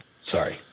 Sorry